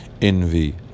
envy